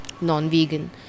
non-vegan